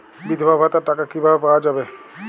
বিধবা ভাতার টাকা কিভাবে পাওয়া যাবে?